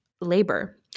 labor